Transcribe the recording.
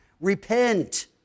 repent